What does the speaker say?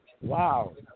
Wow